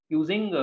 using